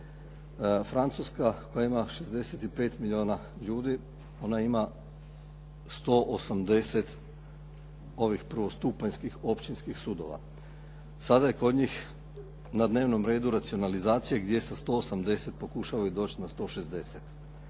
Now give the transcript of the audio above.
Francuska koja ima 65 milijuna ljudi ona ima 180 ovih prvostupanjskih općinskih sudova. Sada je kod njih na dnevnom redu racionalizacija, gdje sa 180 pokušavaju doći na 160.